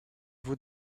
vous